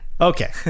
okay